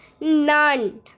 None